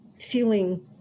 feeling